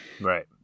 right